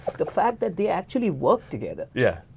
the fact that they actually work together. yeah,